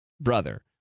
brother